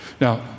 Now